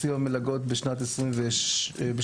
תקציב המלגות בשנת 2017,